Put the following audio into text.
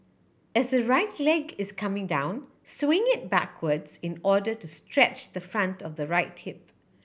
as the right leg is coming down swing it backwards in order to stretch the front of the right hip